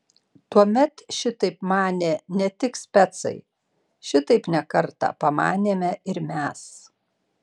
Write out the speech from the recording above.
tuomet šitaip manė ne tik specai šitaip ne kartą pamanėme ir mes